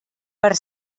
per